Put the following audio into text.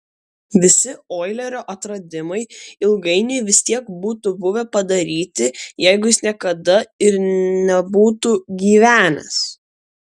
visi oilerio atradimai ilgainiui vis tiek būtų buvę padaryti jeigu jis niekada ir nebūtų gyvenęs